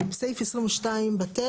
סעיף 22 - בטל.